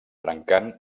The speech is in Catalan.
trencant